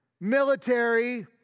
military